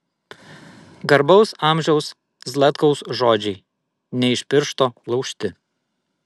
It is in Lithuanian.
garbaus amžiaus zlatkaus žodžiai ne iš piršto laužti